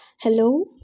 Hello